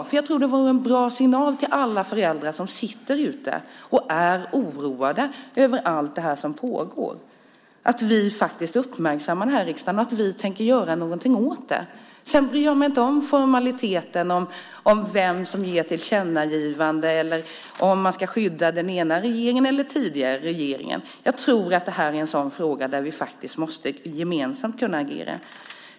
Jag tror att det vore en bra signal till alla föräldrar som är oroade över allt det som pågår att vi uppmärksammar detta i riksdagen och tänker göra någonting åt det. Sedan bryr jag mig inte om formaliteten om vem som gör ett tillkännagivande eller om man ska skydda den egna regeringen eller den tidigare regeringen. Jag tror att det här är en sådan fråga där vi gemensamt måste kunna agera.